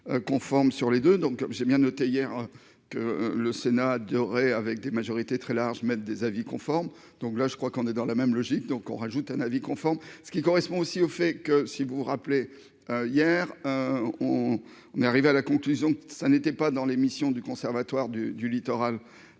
conforme sur les deux donc j'ai bien noté hier que le Sénat avec des majorités très larges mettent des avis conforme, donc là je crois qu'on est dans la même logique, donc, on rajoute un avis conforme, ce qui correspond aussi au fait que si vous vous rappelez, hier, hein, on, on, on est arrivé à la conclusion que ça n'était pas dans l'émission du Conservatoire du du littoral,